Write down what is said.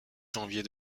janvier